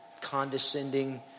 condescending